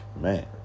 Man